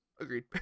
Agreed